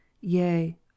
yea